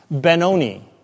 Benoni